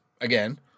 again